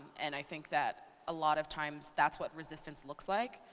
and i think that, a lot of times, that's what resistance looks like,